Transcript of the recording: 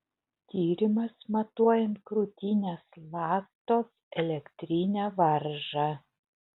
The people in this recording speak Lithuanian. tyrimas matuojant krūtinės ląstos elektrinę varžą